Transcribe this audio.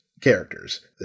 characters